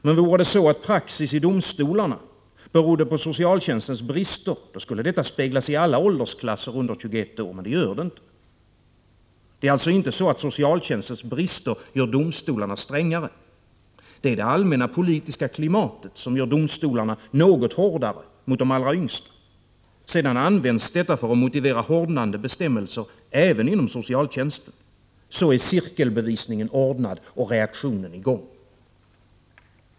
Men vore det så att praxis i domstolarna berodde på socialtjänstens brister, då skulle detta speglas i alla åldersklasser under 21 år. Men det gör det inte. Det är alltså inte så att socialtjänstens brister gör domstolarna strängare. Det är det allmänna politiska klimatet som gör domstolarna något hårdare mot de allra yngsta. Sedan används detta för att motivera hårdnande bestämmelser även inom socialtjänsten. Så är cirkelbevisningen ordnad och reaktionen i gång.